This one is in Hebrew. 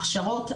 הכשרות,